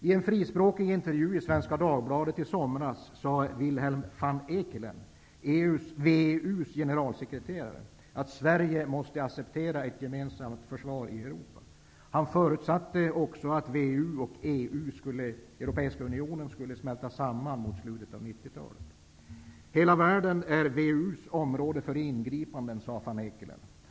I en frispråkig intervju i Svenska Dagbladet i somras sade Willem van Eekelen, WEU:s generalsekreterare, att Sverige måste acceptera ett gemensamt försvar i Europa. Han förutsatte också att WEU och EU skulle smälta samman mot slutet av 90-talet. Hela världen är WEU:s område för ingripanden, sade van Eekelen.